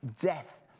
Death